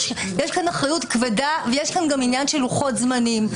יש כאן אחריות כבדה ויש כאן גם עניין של לוחות זמנים.